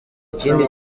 kindi